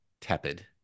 tepid